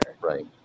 Right